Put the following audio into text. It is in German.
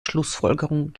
schlussfolgerung